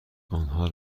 آنها